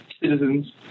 citizens